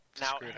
Now